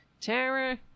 Tara